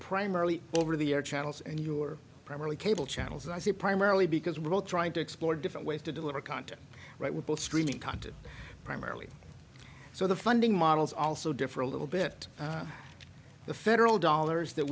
primarily over the air channels and you're primarily cable channels and i see it primarily because we're all trying to explore different ways to deliver content right with both streaming content primarily so the funding models also differ a little bit the federal dollars that